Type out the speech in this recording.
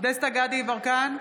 דסטה גדי יברקן,